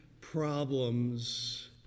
problems